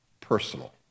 personal